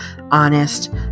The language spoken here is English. honest